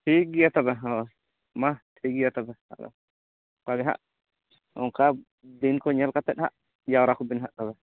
ᱴᱷᱤᱠ ᱜᱮᱭᱟ ᱛᱚᱵᱮ ᱦᱳᱭ ᱢᱟ ᱴᱷᱤᱠ ᱜᱮᱭᱟ ᱛᱚᱵᱮ ᱟᱫᱚ ᱚᱱᱠᱟ ᱜᱮ ᱦᱟᱜ ᱚᱱᱠᱟ ᱫᱤᱱᱠᱚ ᱧᱮᱞ ᱠᱟᱛᱮ ᱦᱟᱜ ᱡᱟᱣᱨᱟ ᱠᱚᱵᱮᱱ ᱦᱟᱜ ᱛᱚᱵᱮ